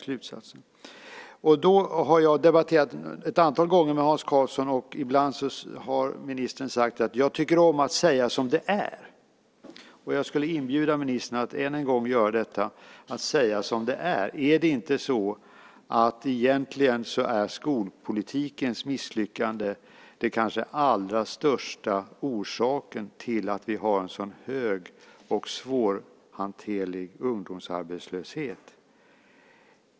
Jag har debatterat ett antal gånger med Hans Karlsson. Ibland har ministern sagt att han tycker om att säga som det är. Jag inbjuder ministern att än en gång göra detta, nämligen säga som det är. Är egentligen inte skolpolitikens misslyckande den kanske allra största orsaken till att vi har en så hög och svårhanterlig ungdomsarbetslöshet?